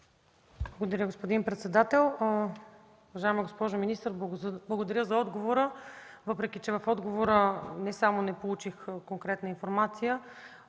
Благодаря, господин председател. Уважаема госпожо министър, благодаря за отговора. Въпреки че в него не получих конкретна информация,